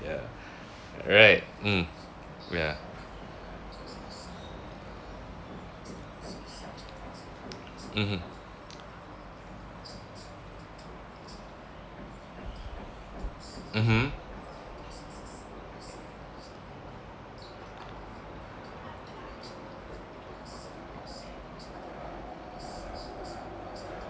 ya right mm ya mmhmm mmhmm